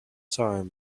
time